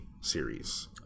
series